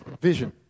vision